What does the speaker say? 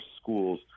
schools